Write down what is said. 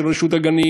של רשות הגנים,